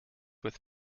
with